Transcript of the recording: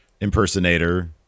impersonator